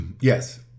Yes